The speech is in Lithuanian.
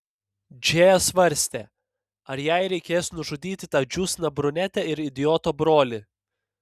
džėja svarstė ar jai reikės nužudyti tą džiūsną brunetę ir idioto brolį